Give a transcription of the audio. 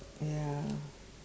ya